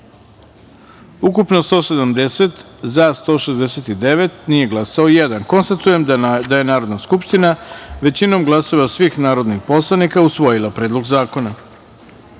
ukupno – 170, za – 169, nije glasao jedan. Konstatujem da je Narodna skupština većinom glasova svih narodnih poslanika usvojila Predlog zakona. Peta